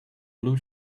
blue